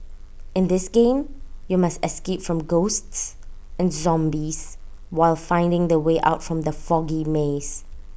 in this game you must escape from ghosts and zombies while finding the way out from the foggy maze